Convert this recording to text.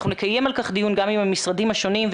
נקיים על כך דיון גם עם המשרדים השונים.